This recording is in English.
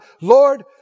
Lord